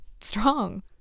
strong